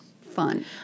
fun